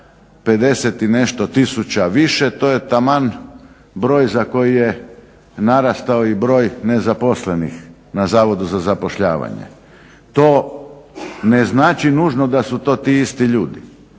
50 i nešto tisuća više, to je taman broj za koji je narastao i broj nezaposlenih na Zavodu za zapošljavanje. To ne znači nužno da su to ti isti ljudi,